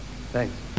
thanks